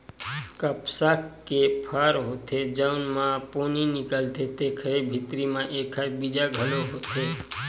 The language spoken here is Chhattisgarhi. कपसा के फर होथे जउन म पोनी निकलथे तेखरे भीतरी म एखर बीजा घलो होथे